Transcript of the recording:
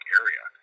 area